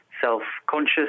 self-conscious